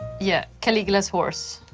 yeah, caligula's horse